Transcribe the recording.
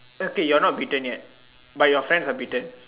okay you're not bitten yet but your friends are bitten